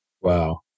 Wow